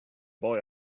boy